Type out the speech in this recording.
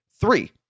Three